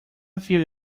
few